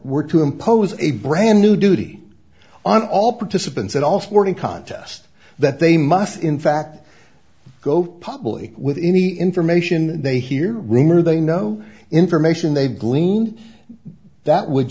were to impose a brand new duty on all participants at all sporting contest that they must in fact to go public with any information they hear rumor they know information they